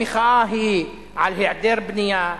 המחאה היא על היעדר בנייה,